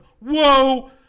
whoa